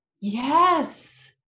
Yes